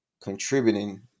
contributing